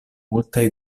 multaj